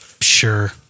Sure